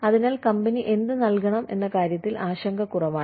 അതിനാൽ കമ്പനി എന്ത് നൽകണം എന്ന കാര്യത്തിൽ ആശങ്ക കുറവാണ്